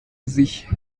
sich